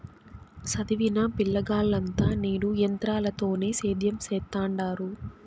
సదివిన పిలగాల్లంతా నేడు ఎంత్రాలతోనే సేద్యం సెత్తండారు